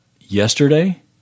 yesterday